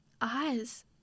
Eyes